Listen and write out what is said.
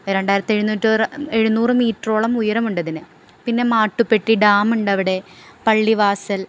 രണ്ടായിരത്തി എഴുന്നൂറ്റി ആറ് എഴുന്നൂറ് മീറ്ററോളം ഉയരമുണ്ടതിന് പിന്നെ മാട്ടുപ്പെട്ടി ഡാമുണ്ടവിടെ പള്ളിവാസൽ